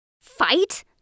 Fight